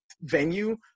venue